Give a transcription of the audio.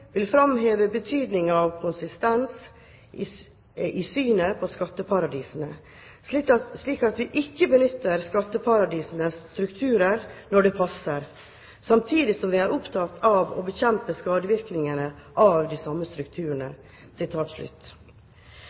vil framheve betydningen av konsistens i synet på skatteparadisene, slik at vi ikke benytter skatteparadisenes strukturer når det passer, samtidig som vi er opptatt av å bekjempe skadevirkningene av de samme strukturene.»